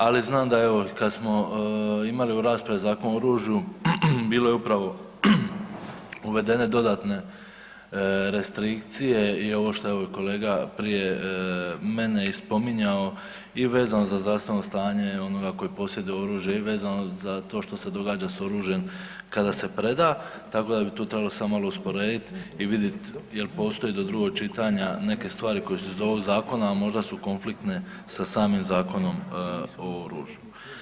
Ali znam da evo i kad smo imali u raspravi Zakon o oružju bilo je upravo uvedene dodatne restrikcije i ovo što je evo i kolega prije mene i spominjao i vezano za zdravstveno stanje onoga koji posjeduje oružje i vezano za to što se događa s oružjem kada se preda, tako da bi tu trebalo samo malo usporedit i vidit jel postoji do drugog čitanja neke stvari koje se zovu zakon, a možda su konfliktne sa samim Zakonom o oružju.